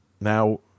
Now